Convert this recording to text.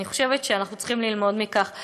ואני חושבת שאנחנו צריכים ללמוד מכך הרבה.